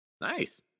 nice